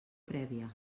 prèvia